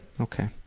Okay